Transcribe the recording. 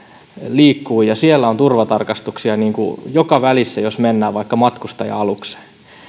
liikkuu ja siellä on turvatarkastuksia joka välissä jos mennään vaikka matkustaja alukseen